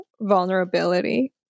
vulnerability